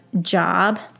job